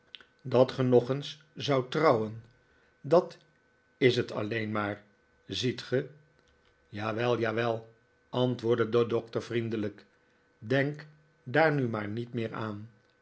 dat ge nog eens zoudt trouwen dat is het alleen maar ziet ge jawel jawel antwoordde de doctor vriendelijk denk daar nu maar niet meer aan